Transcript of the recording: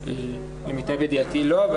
למיטב ידיעתי לא.